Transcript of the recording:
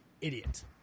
idiot